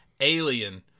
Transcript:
Alien